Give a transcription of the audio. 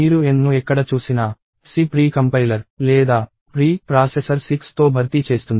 మీరు N ను ఎక్కడ చూసినా C ప్రీ కంపైలర్ లేదా ప్రీ ప్రాసెసర్ 6తో భర్తీ చేస్తుంది